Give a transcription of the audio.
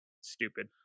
stupid